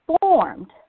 formed